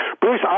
Bruce